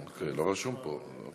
לא רשום פה.